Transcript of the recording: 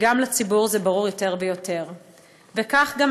וגם לציבור זה ברור יותר ויותר.